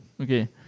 Okay